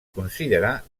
considerà